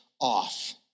off